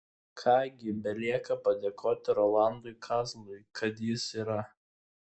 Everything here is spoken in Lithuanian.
ką gi belieka padėkoti rolandui kazlui kad jis yra